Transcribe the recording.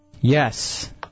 Yes